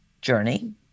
journey